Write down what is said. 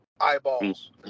eyeballs